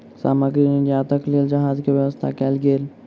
सामग्री निर्यातक लेल जहाज के व्यवस्था कयल गेल